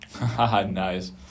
Nice